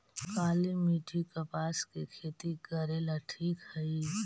काली मिट्टी, कपास के खेती करेला ठिक हइ?